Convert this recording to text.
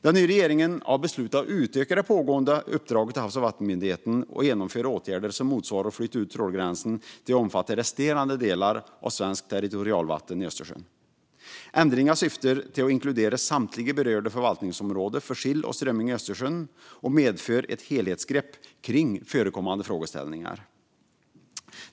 Den nya regeringen har beslutat att utöka det pågående uppdraget till Havs och vattenmyndigheten att vidta åtgärder som motsvarar att flytta ut trålgränsen till att omfatta resterande delar av svenskt territorialvatten i Östersjön. Ändringen syftar till att inkludera samtliga berörda förvaltningsområden för sill och strömming i Östersjön och medför ett helhetsgrepp kring förekommande frågeställningar.